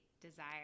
desire